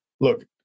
look